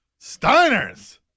Steiners